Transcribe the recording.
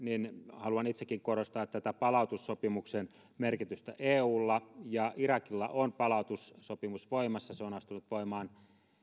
haluan itsekin korostaa tämän palautussopimuksen merkitystä eulla ja irakilla on palautussopimus voimassa se on astunut voimaan